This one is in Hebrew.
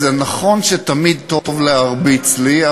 זה נכון שתמיד טוב להרביץ לי,